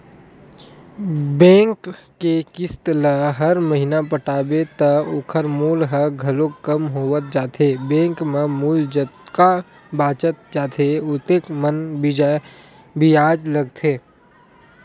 bank के किस्त ल हर महिना पटाबे त ओखर मूल ह घलोक कम होवत जाथे बेंक म मूल जतका बाचत जाथे ओतके म बियाज लगथे